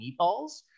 meatballs